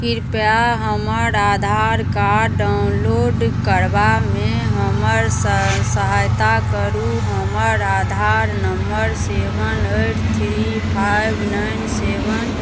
कृपया हमर Aadhaar card download करबामे हमर स सहायता करू हमर Aadhaar number seven eight three five nine सेवन